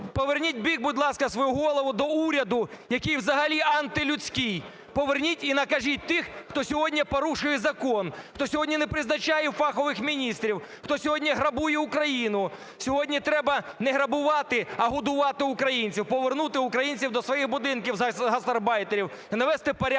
Поверніть в бік, будь ласка, свою голову до уряду, який взагалі антилюдський, поверніть і накажіть тих, хто сьогодні порушує закон, хто сьогодні не призначає фахових міністрів, хто сьогодні грабує Україну. Сьогодні треба не грабувати, а годувати українців, повернути українців до своїх будинків, гастарбайтерів, і навести порядок